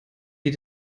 die